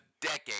decade